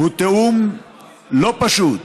הוא תיאום לא פשוט.